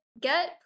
get